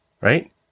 right